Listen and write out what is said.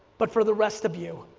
but for the rest of you,